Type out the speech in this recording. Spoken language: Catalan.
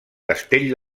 castell